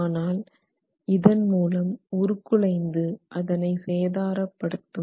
ஆனால் இதன் மூலம் உருக்குலைந்து அதனை சேதாரப்படுத்தும்